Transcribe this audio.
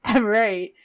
right